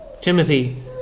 Timothy